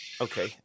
Okay